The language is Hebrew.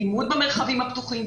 לימוד במרחבים הפתוחים,